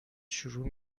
شروع